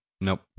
Nope